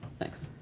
thanks.